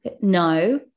No